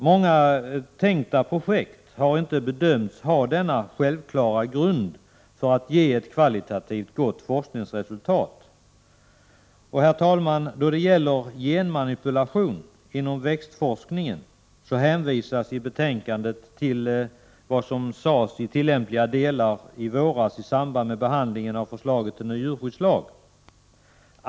Många tänkta projekt har inte bedömts ha denna självklara grund för att ge ett kvalitativt forskningsresultat. Herr talman! Då det gäller genmanipulation inom växtforskningen hänvisas i betänkandet i tillämpliga delar till vad som sades i våras, i samband med behandlingen av förslaget till ny djurskyddslag.